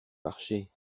marcher